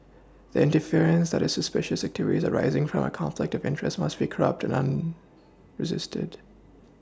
the inference that the suspicious activities arising from a conflict of interest must be corrupt and resisted